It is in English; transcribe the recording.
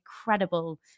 incredible